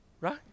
Right